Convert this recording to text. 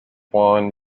juan